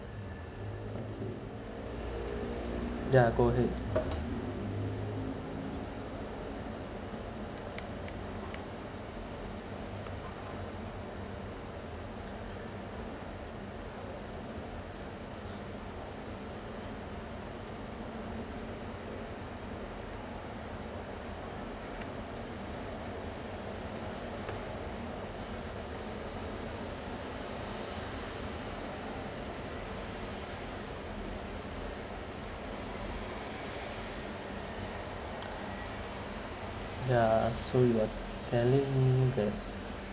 yeah go ahead yeah so you are telling me that